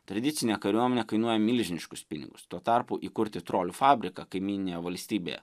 tradicinė kariuomenė kainuoja milžiniškus pinigus tuo tarpu įkurti trolių fabriką kaimyninėje valstybėje